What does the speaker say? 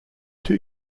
two